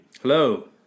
Hello